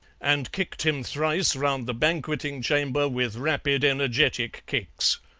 and kicked him thrice round the banqueting chamber with rapid, energetic kicks.